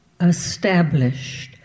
established